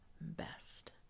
best